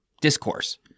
discourse